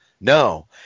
No